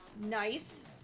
Nice